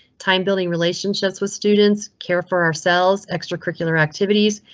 time building relationships with students, care for ourselves, extracurricular activities.